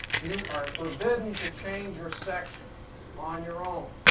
you are forbidden to change your section on your own.